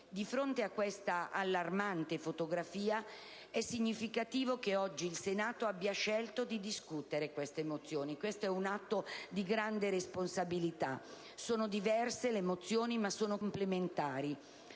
Di fronte a questa allarmante fotografia, è significativo che oggi il Senato abbia scelto di discutere queste mozioni. È un atto di grande responsabilità: le mozioni sono diverse ma sono complementari,